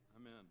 Amen